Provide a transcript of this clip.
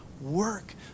work